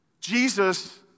Jesus